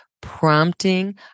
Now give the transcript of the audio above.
prompting